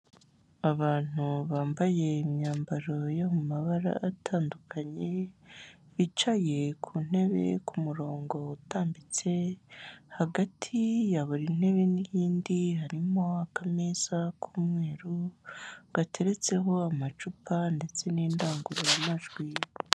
Abantu bambaye imyambaro yo mu mabara atandukanye, bicaye ku ntebe ku murongo utambitse, hagati ya buri ntebe n'iyindi harimo akameza k'umweru gateretseho amacupa ndetse n'indangururamajwi.